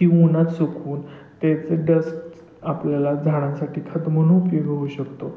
ती उन्हात सुकवून त्याचे डस्ट आपल्याला झाडांसाठी खत म्हणून उपयोग होऊ शकतो